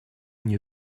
мне